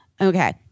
Okay